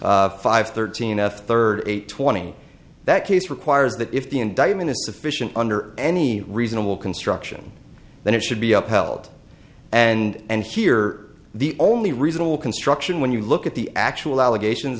l five thirteen f thirty eight twenty that case requires that if the indictment is sufficient under any reasonable construction then it should be upheld and here the only reasonable construction when you look at the actual allegations